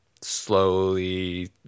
slowly